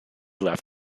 left